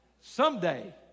Someday